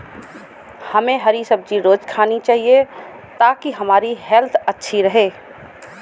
हमे हरी सब्जी रोज़ खानी चाहिए ताकि हमारी हेल्थ अच्छी रहे